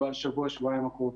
בשבוע-שבועיים הקרובים.